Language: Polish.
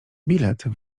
bilet